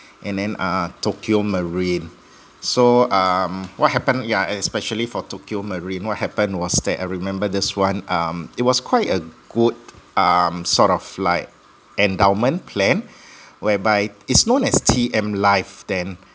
and then uh tokio marine so um what happened yeah especially for tokio marine what happened was that I remember this one um it was quite a good um sort of like endowment plan whereby it's known as T_M life then